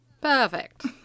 Perfect